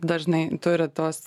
dažnai turi tuos